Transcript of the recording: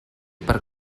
per